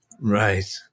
Right